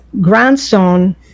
grandson